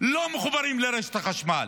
לא מחוברים לרשת החשמל.